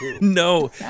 no